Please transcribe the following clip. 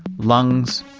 lungs,